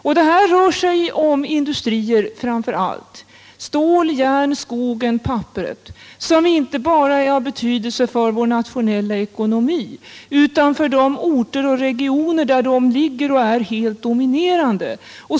Framför allt rör det sig om industrier — stålet, järnet, skogen och papperet — som inte bara är av betydelse för vår nationella ekonomi utan för de orter och regioner där de ligger och där de helt dominerar.